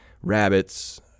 rabbits